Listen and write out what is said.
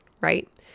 right